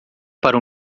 para